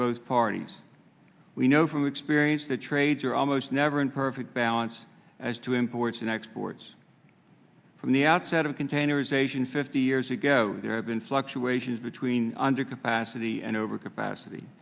both parties we know from experience that trades are almost never in perfect balance as to imports and exports from the outset of containers asian fifty years ago there have been fluctuations between under capacity and overcapacity